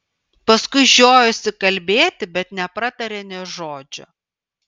paskui žiojosi kalbėti bet nepratarė nė žodžio